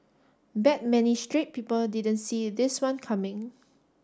bet many straight people didn't see this one coming